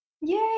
Yay